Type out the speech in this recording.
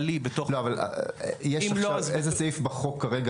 איזה סעיף כרגע,